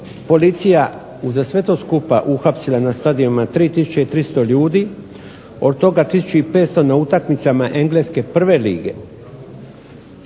policija uza sve to skupa uhapsila na stadionima 3 300 ljudi. Od toga 1500 na utakmicama Engleske prve lige,